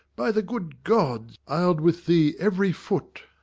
by the good gods, i'd with thee every foot.